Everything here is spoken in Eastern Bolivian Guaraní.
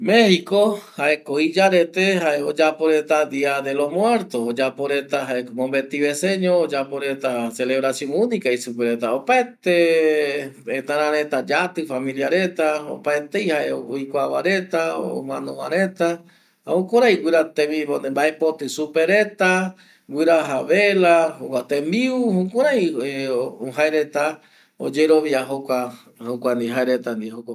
Mexico jae iyarete oyapo dia de los muertos jaema opaete tetarareta yati familiareta opaetei jae oikuava reta omano va reta jukurei gura tembiu mbaepoti supe reta guraja vela, jukurei jaereta oyerovia jokope